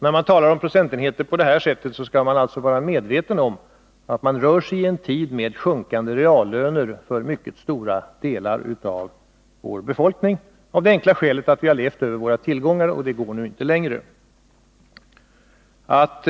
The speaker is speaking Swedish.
När man talar om procentenheter i detta sammanhang skall man vara medveten om att mycket stora delar av vår befolkning f. n. har sjunkande reallöner, av det enkla skälet att vi har levt över våra tillgångar, vilket inte längre kan fortsätta.